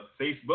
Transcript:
Facebook